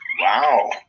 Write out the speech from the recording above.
Wow